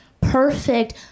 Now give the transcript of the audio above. Perfect